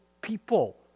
people